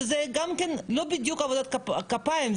זה לא בדיוק עבודות כפיים,